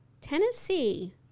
Tennessee